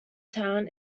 town